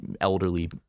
elderly